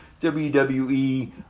WWE